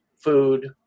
food